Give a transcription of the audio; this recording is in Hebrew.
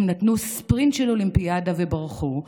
הם נתנו ספרינט של אולימפיאדה וברחו,